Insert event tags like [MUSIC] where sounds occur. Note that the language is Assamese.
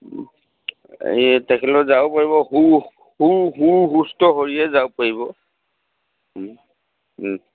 [UNINTELLIGIBLE] তেখেতলোকৰ যাব পাৰিব সু সু সু সুস্থ শৰীয়ে যাব পাৰিব